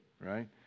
right